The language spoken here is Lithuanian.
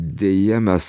deja mes